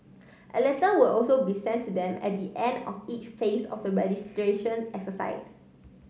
a letter will also be sent to them at the end of each phase of the registration exercise